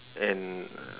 and